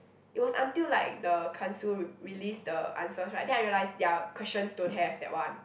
it was until like the Kan Siew release the answers right then I realised their questions don't have that one